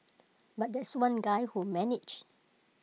but there's one guy who managed